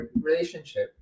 relationship